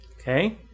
okay